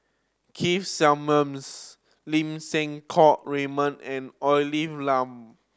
Keith Simmons Lim Siang Keat Raymond and Olivia Lum